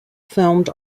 filmed